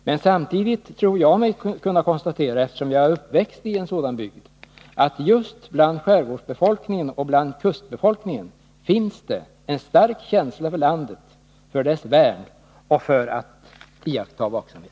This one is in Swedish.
Men samtidigt tror jag mig kunna konstatera, eftersom jag är uppväxt i en sådan bygd, att just bland skärgårdsoch kustbefolkningen finns det en stark känsla för landet, för dess värn och för att iaktta vaksamhet.